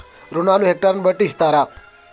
రుణాలు హెక్టర్ ని బట్టి ఇస్తారా?